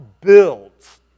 builds